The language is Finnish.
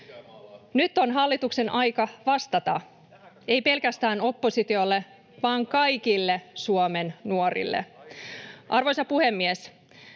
Nyt on hallituksen aika vastata — ei pelkästään oppositiolle, vaan kaikille Suomen nuorille. Arvoisa puhemies!